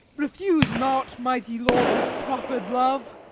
refuse not, mighty lord, this proffer'd love.